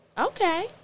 Okay